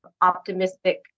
optimistic